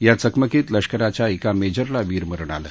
या चकमकीत लष्कराच्या एका मज्रेला वीरमरण आलं